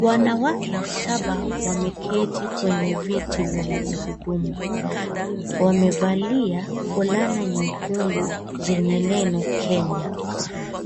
Wanawake Saba wameketi kwenye viti vya magurudumu. Wamevalia fulana nyekundu zenye neno "Kenya".